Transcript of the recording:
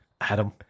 Adam